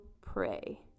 pray